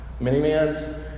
Minimans